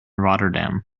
rotterdam